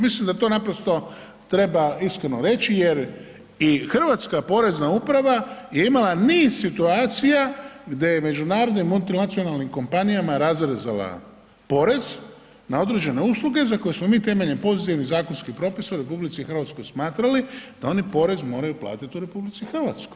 Mislim da to naprosto treba iskreno reći jer i hrvatska porezna uprava je imala niz situacija gdje je međunarodnim multinacionalnim kompanijama razrezala porez na određene usluge za koje smo mi temeljem poreznih zakonskih propisa u RH smatrali da oni porez moraju platiti u RH.